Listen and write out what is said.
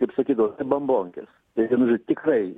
kaip sakydavo bambonkės tai vienu žodžiu tikrai